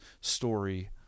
story